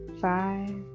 five